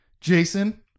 Jason